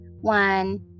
one